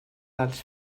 dels